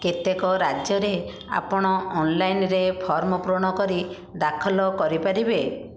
କେତେକ ରାଜ୍ୟରେ ଆପଣ ଅନ୍ଲାଇନ୍ରେ ଫର୍ମ ପୂରଣ କରି ଦାଖଲ କରିପାରିବେ